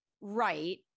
Right